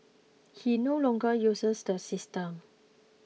he no longer uses the system